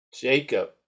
Jacob